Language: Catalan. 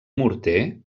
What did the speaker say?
morter